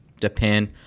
depend